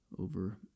over